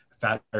Fat